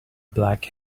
black